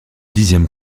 dixième